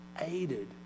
aided